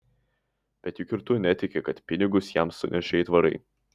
bet juk ir tu netiki kad pinigus jam sunešė aitvarai